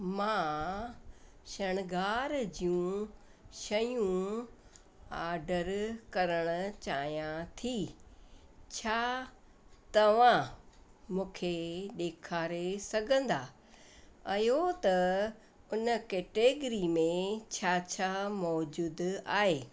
मां श्रणगार जूं शयूं ऑडर करणु चाहियां थी छा तव्हां मूंखे ॾेखारे सघंदा आहियो त उन कैटेगरी में छा छा मौजूदु आहे